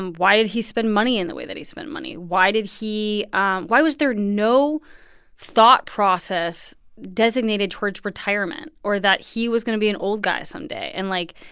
um why did he spend money in the way that he spent money? why did he um why was there no thought process designated towards retirement or that he was going to be an old guy someday? and, like,